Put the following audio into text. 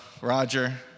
Roger